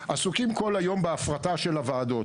עסוקים כל היום בהפרטה של הוועדות.